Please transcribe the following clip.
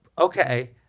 Okay